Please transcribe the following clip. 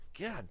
God